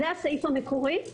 זה הסעיף המקורי.